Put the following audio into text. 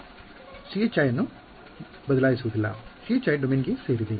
ಅವರು chi ನ್ನು ಬದಲಾ ಇಸುವದಿಲ್ಲ chi ಡೊಮೇನ್ ಗೆ ಸೇರಿದೆ